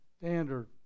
Standard